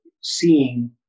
seeing